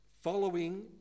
following